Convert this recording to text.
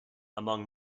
among